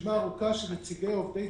רשימה ארוכה של נציגי ציבור